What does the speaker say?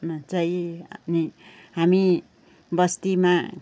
मा चाहिँ हामी बस्तीमा